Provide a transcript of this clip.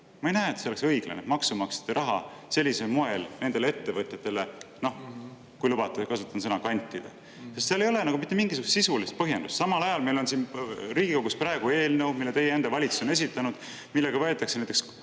Ma ei näe, et see oleks õiglane maksumaksjate raha sellisel moel nendele ettevõtjatele, kui lubate, siis kasutan sõna "kantida", sest seal ei ole mitte mingisugust sisulist põhjendust. Samal ajal meil on siin Riigikogus praegu eelnõu, mille teie enda valitsus on esitanud, millega võetakse näiteks